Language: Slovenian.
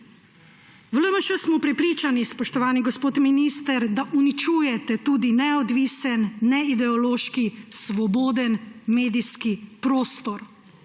V LMŠ smo prepričani, spoštovani gospod minister, da uničujete tudi neodvisen, neideološki svoboden medijski prostor,